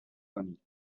کنید